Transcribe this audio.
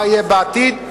מה יהיה בעתיד.